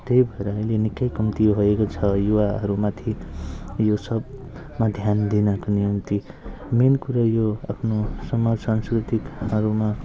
त्यही भएर अहिले निकै कम्ती भएको छ युवाहरूमाथि यो सबमा ध्यान दिनको निम्ति मेन कुरो यो आफ्नो समाज संस्कृतिहरूमा